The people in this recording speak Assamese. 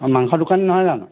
অঁ মাংস দোকানী নহয় জানো